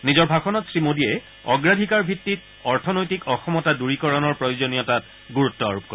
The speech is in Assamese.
নিজৰ ভাষণত শ্ৰীমোদীয়ে অগ্ৰাধিকাৰ ভিত্তিত অৰ্থনৈতিক অসমতা দূৰীকৰণৰ প্ৰয়োজনীয়তাত গুৰুত্ব আৰোপ কৰে